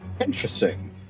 Interesting